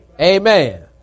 Amen